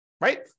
right